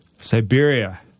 Siberia